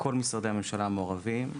כל משרי הממשלה המעורבים,